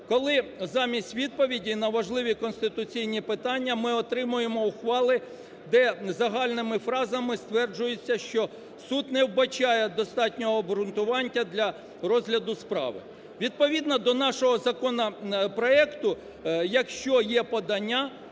коли замість відповідей на важливі конституційні питання ми отримуємо ухвали, де загальними фразами стверджується, що суд не вбачає достатнього обґрунтування для розгляду справи. Відповідно до нашого законопроекту, якщо є подання,